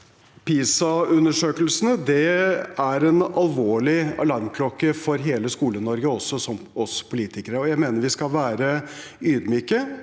PISA-undersøkelse- ne er en alvorlig alarmklokke for hele Skole-Norge og også oss politikere, og jeg mener vi skal være ydmyke